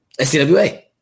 SCWA